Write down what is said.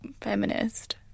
feminist